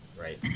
right